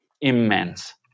immense